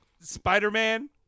spider-man